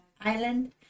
island